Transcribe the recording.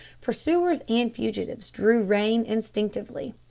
pursuers and fugitives drew rein instinctively,